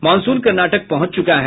monsoon Karnataka पहुंच गया है